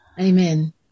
Amen